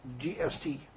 GST